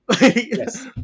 Yes